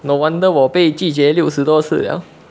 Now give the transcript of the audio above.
no wonder 我被拒绝六十多次了